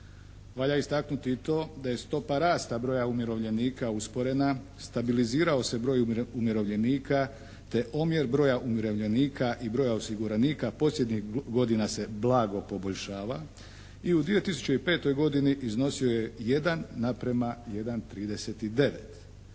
Valja istaknuti i to da je stopa rasta broja umirovljenika usporena. Stabilizirao se broj umirovljenika te omjer broja umirovljenika i broja osiguranika posljednjih godina se blago poboljšava i u 2005. godini iznosio je 1:1,39.